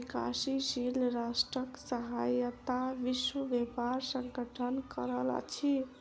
विकासशील राष्ट्रक सहायता विश्व व्यापार संगठन करैत अछि